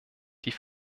die